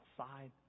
outside